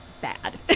bad